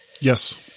Yes